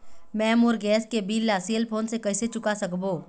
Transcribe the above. मैं मोर गैस के बिल ला सेल फोन से कइसे चुका सकबो?